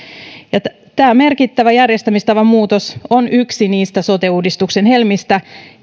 tämä merkittävä järjestämistavan muutos on yksi niistä sote uudistuksen helmistä